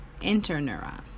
interneuron